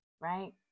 right